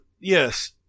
yes